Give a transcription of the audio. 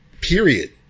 period